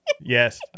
Yes